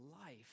life